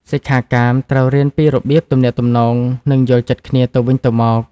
សិក្ខាកាមត្រូវរៀនពីរបៀបទំនាក់ទំនង និងយល់ចិត្តគ្នាទៅវិញទៅមក។